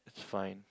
it's fine